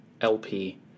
LP